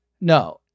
no